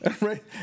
Right